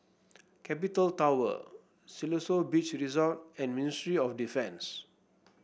Capital Tower Siloso Beach Resort and Ministry of Defence